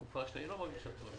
בעז"ה.